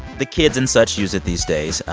the kids and such use it these days.